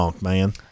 man